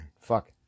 Fuck